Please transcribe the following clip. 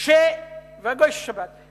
הגוי של שבת.